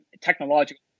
technological